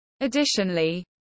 Additionally